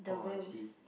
oh I see